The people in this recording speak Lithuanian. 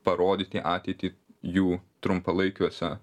parodyti ateitį jų trumpalaikiuose